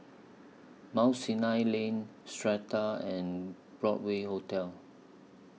Mount Sinai Lane Strata and Broadway Hotel